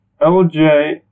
LJ